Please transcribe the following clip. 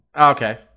okay